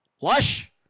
Lush